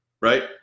right